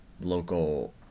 local